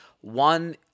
One